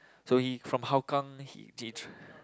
so he from Hougang then he